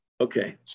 okay